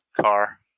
car